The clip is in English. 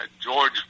George